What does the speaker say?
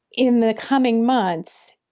in the coming months,